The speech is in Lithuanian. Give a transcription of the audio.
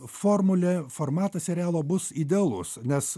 formulė formatas serialo bus idealus nes